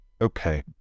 Okay